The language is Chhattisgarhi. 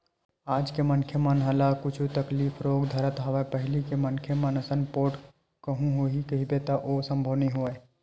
आज के मनखे मन ल कुछु तकलीफ रोग धरत हवय पहिली के मनखे मन असन पोठ कहूँ होही कहिबे त ओ संभव नई होवय